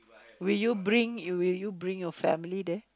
will you bring will you bring your family there